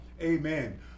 amen